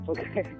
Okay